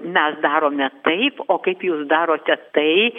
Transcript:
mes darome taip o kaip jūs darote tai